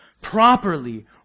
properly